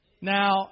Now